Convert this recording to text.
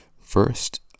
First